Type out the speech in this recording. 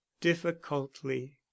difficultly